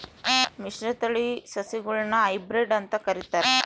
ಮಿಶ್ರತಳಿ ಸಸಿಗುಳ್ನ ಹೈಬ್ರಿಡ್ ಅಂತ ಕರಿತಾರ